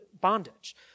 bondage